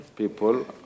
people